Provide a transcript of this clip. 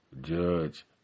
judge